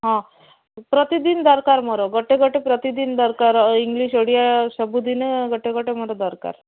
ହଁ ପ୍ରତିଦିନ ଦରକାର ମୋର ଗୋଟେ ଗୋଟେ ପ୍ରତିଦିନ ଦରକାର ଇଂଲିଶ୍ ଓଡ଼ିଆ ସବୁଦିନେ ଗୋଟେ ଗୋଟେ ମୋର ଦରକାର